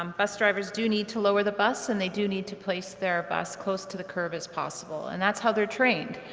um bus drivers do need to lower the bus and they do need to place their bus close to the curve as possible and that's how they're trained,